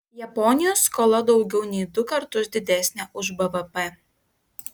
japonijos skola daugiau nei du kartus didesnė už bvp